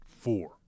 Four